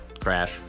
crash